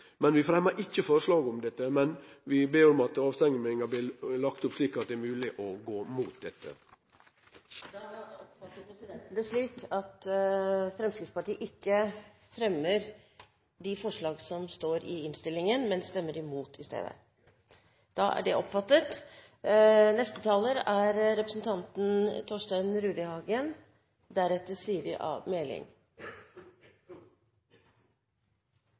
Vi fremmer ikkje forslag om dette, men vi ber om at avstemminga blir lagd opp slik at det er mogleg å stemme imot dette. Presidenten oppfatter det slik at Fremskrittspartiet ikke fremmer de forslagene som står i innstillingen, men stemmer imot i stedet. Ja. Da er det oppfattet.